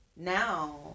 Now